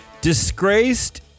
Disgraced